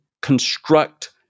construct